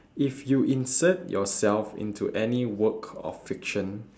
if you insert yourself into any work of fiction